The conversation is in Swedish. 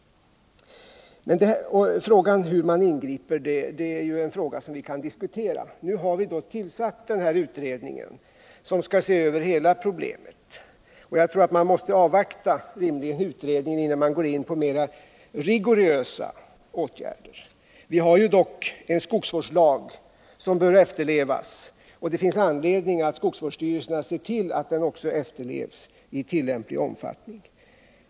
Men frågan om hur man ingriper kan diskuteras. Nu har vi tillsatt den här utredningen som skall se över hela problemet, och jag tror att man måste avvakta utredningen innan man vidtar mera rigorösa åtgärder. Vi har dock en skogsvårdslag som bör efterlevas, och det finns anledning att skogsvårdsstyrelserna också ser till att den efterlevs i tillämplig omfattning.